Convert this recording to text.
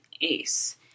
ace